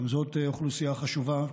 גם זאת אוכלוסייה חשובה,